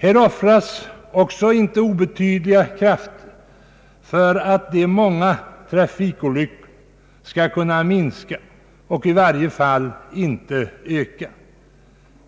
Här görs inte obetydliga insatser för att de många trafikolyckorna skall kunna minska och i varje fall inte öka.